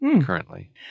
currently